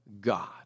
God